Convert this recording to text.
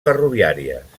ferroviàries